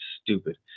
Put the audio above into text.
stupid